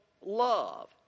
love